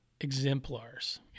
exemplars